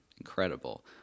incredible